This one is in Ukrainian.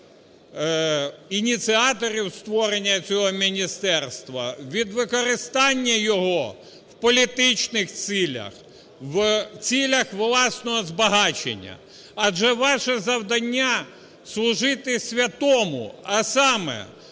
ініціаторів створення цього міністерства від використання його в політичних цілях, в цілях власного збагачення, адже ваше завдання – служити святому, а саме